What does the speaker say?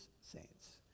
saints